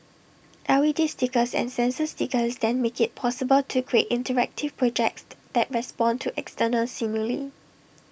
L E D stickers and sensor stickers then make IT possible to create interactive projects that respond to external stimuli